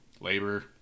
labor